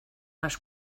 les